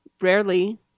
rarely